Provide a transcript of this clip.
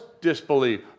disbelief